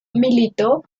militó